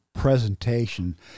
presentation